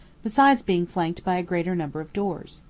besides being flanked by a greater number of doors.